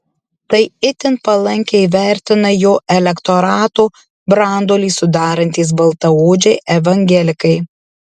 tai itin palankiai vertina jo elektorato branduolį sudarantys baltaodžiai evangelikai